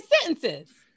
sentences